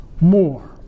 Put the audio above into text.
more